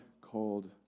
called